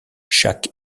chaque